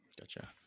Gotcha